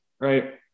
Right